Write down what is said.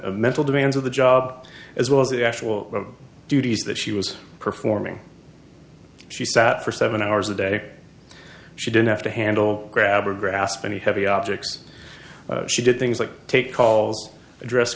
mental demands of the job as well as the actual duties that she was performing she sat for seven hours a day she didn't have to handle grab or grasp any heavy objects she did things like take calls address